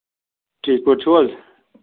ٹھیٖک پٲٹھۍ چھُو حظ